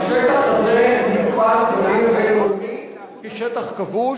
השטח הזה נתפס בדין הבין-לאומי כשטח כבוש.